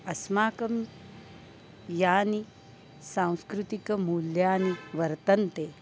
अस्माकं यानि सांस्कृतिकमूल्यानि वर्तन्ते